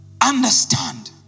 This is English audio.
understand